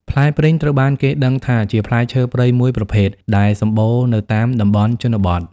ផ្លែព្រីងត្រូវបានគេដឹងថាជាផ្លែឈើព្រៃមួយប្រភេទដែលសម្បូរនៅតាមតំបន់ជនបទ។